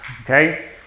okay